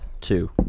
Two